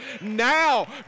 Now